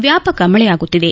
ವ್ಯಾಪಕ ಮಳೆಯಾಗುತ್ತಿದೆ